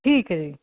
ਠੀਕ ਏ ਜੀ